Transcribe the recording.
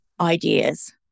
ideas